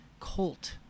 Colt